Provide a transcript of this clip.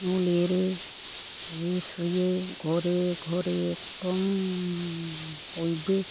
न' लिरो सि सुयो घरै घरै एकदम बयबो